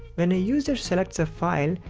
when a user selects a file,